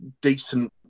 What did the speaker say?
decent